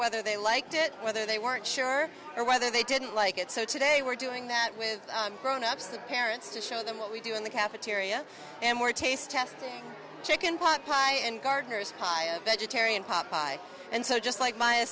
whether they liked it whether they weren't sure or whether they didn't like it so today we're doing that with grownups the parents to show them what we do in the cafeteria and more taste testing chicken pot pie and gardeners high a vegetarian popeye and so just like m